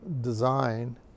design